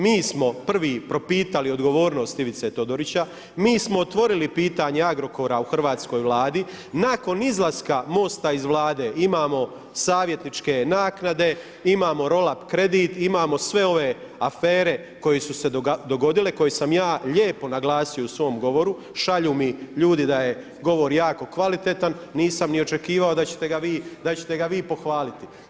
Mi smo prvi propitali odgovornost Ivice Todorića, mi smo otvorili pitanje Agrokora u hrvatskoj Vladi, nakon izlaska Mosta iz Vlade imamo savjetničke naknade, imamo roll up kredit, imamo sve ove afere koje su se dogodile, koje sam ja lijepo naglasio u svom govoru, šalju mi ljudi da je govor jako kvalitetan, nisam niti očekivao da ćete ga vi pohvaliti.